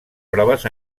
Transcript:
proves